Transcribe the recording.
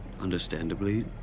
Understandably